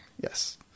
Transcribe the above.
Yes